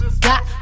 got